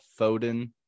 Foden